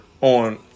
on